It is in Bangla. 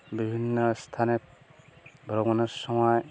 বিভিন্ন স্থানে ভ্রমণের সময়